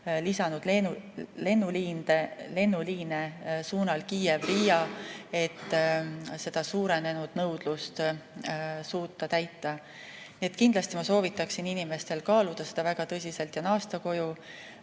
lisanud ka lennuliine suunal Kiiev–Riia, et suurenenud nõudlust suuta täita. Nii et kindlasti ma soovitaksin inimestel kaaluda seda väga tõsiselt ja naasta koju.